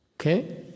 Okay